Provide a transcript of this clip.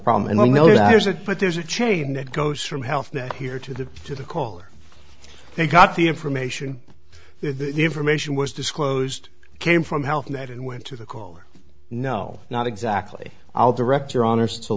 a but there's a chain that goes from health net here to the to the color they got the information the information was disclosed came from health net and went to the caller no not exactly i'll direct your honour's to